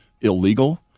illegal